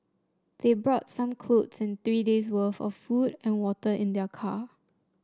they brought some clothes and three days worth of food and water in their car